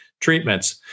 treatments